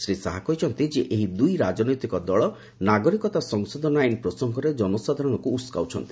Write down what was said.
ଶ୍ରୀ ଶାହା କହିଛନ୍ତି ଏହି ଦୁଇ ରାଜନୈତିକ ଦଳ ନାଗରିକତା ସଂଶୋଧନ ଆଇନ ପ୍ରସଙ୍ଗରେ ଜନସାଧାରଣଙ୍କୁ ଉସ୍କାଉଛନ୍ତି